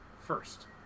first